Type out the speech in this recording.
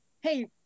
hey